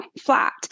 flat